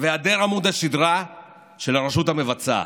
והיעדר עמוד השדרה של הרשות המבצעת,